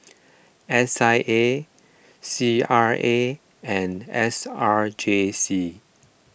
S I A C R A and S R J C